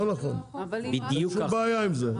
לא נכון, אין שום בעיה עם זה.